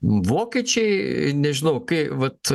vokiečiai nežinau kai vat